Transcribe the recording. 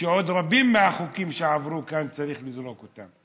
ועוד רבים מהחוקים שעברו כאן צריך לזרוק לשם.